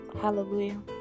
Hallelujah